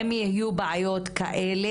אם יהיו בעיות כאלה,